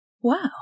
Wow